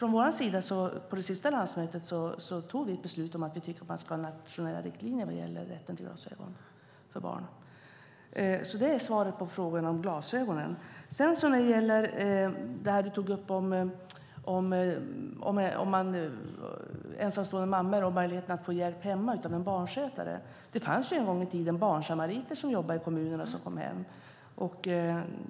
På det senaste landsmötet tog vi från vår sida ett beslut om att det ska finnas nationella riktlinjer när det gäller rätten till glasögon för barn. Det är svaret på frågorna om glasögon. Du tog också upp frågan om ensamstående mammor och möjligheten att få hjälp hemma av en barnskötare. Det fanns en gång i tiden barnsamariter som jobbade i kommunerna och som kom hem.